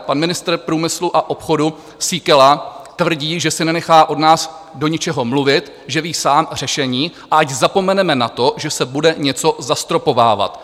Pan ministr průmyslu a obchodu Síkela tvrdí, že si nenechá od nás do ničeho mluvit, že ví sám řešení a ať zapomeneme na to, že se bude něco zastropovávat.